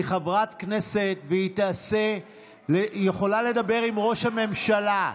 היא חברת כנסת והיא יכולה לדבר עם ראש הממשלה.